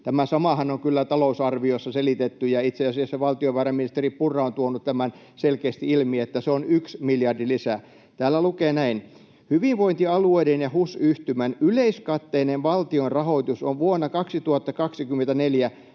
Tämä samahan on kyllä talousarviossa selitetty, ja itse asiassa valtiovarainministeri Purra on tuonut tämän selkeästi ilmi, että se on yksi miljardi lisää. Täällä lukee näin: ”Hyvinvointialueiden ja HUS-yhtymän yleiskatteinen valtion rahoitus on vuonna 2024